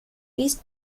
east